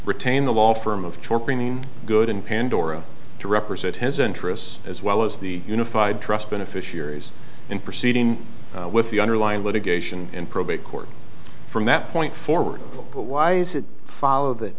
retain the law firm of chirping in good and pandora to represent his interests as well as the unified trust beneficiaries in proceeding with the underlying litigation in probate court from that point forward but why is it follow that